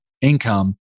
income